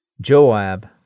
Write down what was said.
Joab